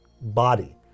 body